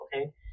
Okay